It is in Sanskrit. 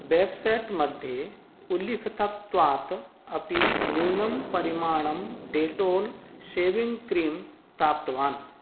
बेब्सैट् मध्ये उल्लिखितत्वात् अपि न्यूनं परिमाणं डेटोल् शेविङ्ग् क्रीं प्राप्तवान्